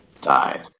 died